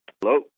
Hello